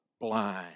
blind